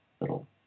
little